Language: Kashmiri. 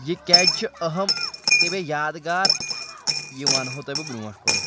یہِ کیٛازِ چھِ أہم تہٕ بہٕ یادگار یہِ وَنہو تۅہہِ بہٕ برٛونٛٹھ کُن